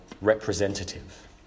representative